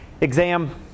Exam